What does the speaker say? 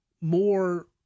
more